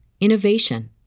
innovation